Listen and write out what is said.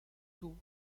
tours